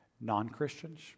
non-Christians